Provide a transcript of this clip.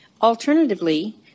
Alternatively